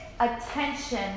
attention